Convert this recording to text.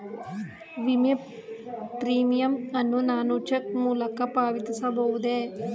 ವಿಮೆ ಪ್ರೀಮಿಯಂ ಅನ್ನು ನಾನು ಚೆಕ್ ಮೂಲಕ ಪಾವತಿಸಬಹುದೇ?